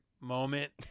moment